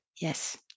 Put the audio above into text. Yes